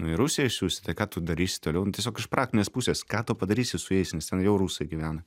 į rusiją siųsi tai ką tu darysi toliau nu tiesiog iš praktinės pusės ką tu padarysi su jais nes ten jau rusai gyvena